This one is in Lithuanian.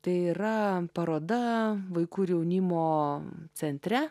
tai yra paroda vaikų ir jaunimo centre